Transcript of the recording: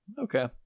Okay